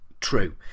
true